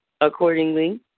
accordingly